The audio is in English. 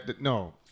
no